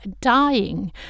dying